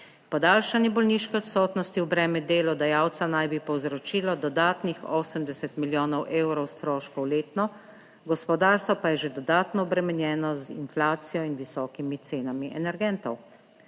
Podaljšanje bolniške odsotnosti v breme delodajalca naj bi povzročilo dodatnih 80 milijonov evrov stroškov letno gospodarstvo pa je že dodatno obremenjeno z inflacijo in visokimi cenami energentov.